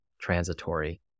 transitory